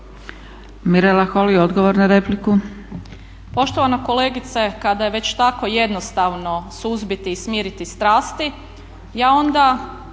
Mirela Holy, odgovor na repliku.